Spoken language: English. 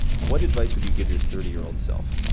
what advice would you give your thirty year old self?